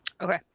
Okay